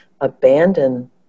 abandon